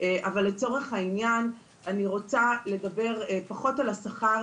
אבל לצורך העניין אני רוצה לדבר פחות על השכר